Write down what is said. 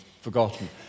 forgotten